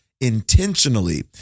intentionally